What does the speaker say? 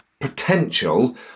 potential